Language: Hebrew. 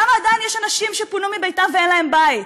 למה עדיין יש אנשים שפונו מביתם ואין להם בית.